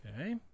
okay